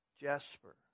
jasper